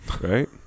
Right